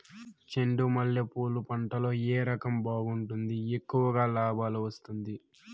చెండు మల్లె పూలు పంట లో ఏ రకం బాగుంటుంది, ఎక్కువగా లాభాలు వస్తుంది?